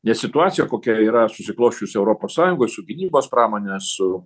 nes situacija kokia yra susiklosčiusi europos sąjungoj su gynybos pramone su